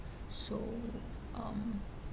so um